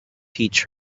teach